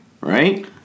right